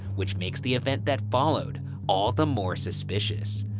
which makes the event that followed all the more suspicious.